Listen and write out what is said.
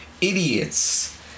idiots